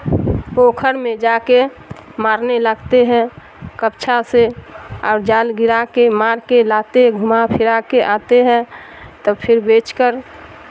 پوکھر میں جا کے مارنے لگتے ہیں کپچھا سے اور جال گرا کے مار کے لاتے گھما پھرا کے آتے ہیں تب پھر بیچ کر